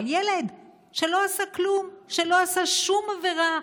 אבל ילד שלא עשה כלום, שלא עשה שום עבירה,